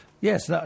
Yes